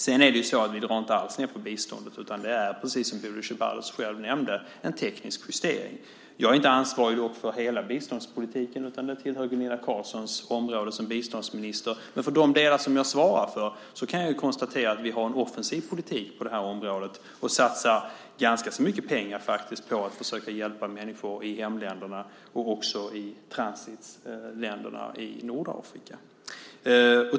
Sedan är det så att vi inte alls drar ned på biståndet, utan det är, som Bodil Ceballos själv nämnde, en teknisk justering. Jag är dock inte ansvarig för hela biståndspolitiken, utan det är Gunilla Carlssons område som biståndsminister. Men när det gäller de delar som jag svarar för kan jag konstatera att vi har en offensiv politik på det här området. Vi satsar faktiskt ganska mycket pengar på att försöka hjälpa människor i hemländerna och också i transitländerna i Nordafrika.